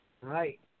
Right